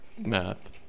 Math